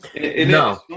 No